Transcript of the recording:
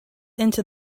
into